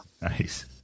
Nice